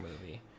movie